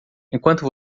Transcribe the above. enquanto